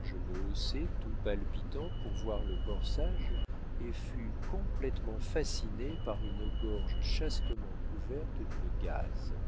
je me haussai tout palpitant pour voir le corsage et fus complétement fasciné par une gorge chastement couverte d'une gaze